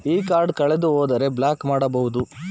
ಈ ಕಾರ್ಡ್ ಕಳೆದು ಹೋದರೆ ಬ್ಲಾಕ್ ಮಾಡಬಹುದು?